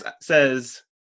says